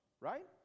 Right